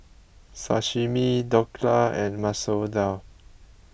Sashimi Dhokla and Masoor Dal